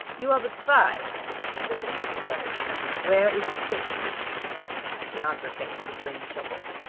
you are but five said the commissary where is the sixth the answer came with a grim chuckle.